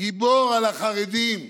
גיבור על החרדים,